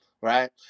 right